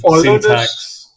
syntax